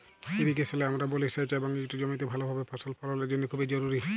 ইরিগেশলে আমরা বলি সেঁচ এবং ইট জমিতে ভালভাবে ফসল ফললের জ্যনহে খুব জরুরি